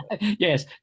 Yes